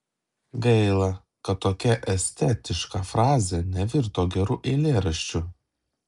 gaila kad tokia estetiška frazė nevirto geru eilėraščiu